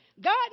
God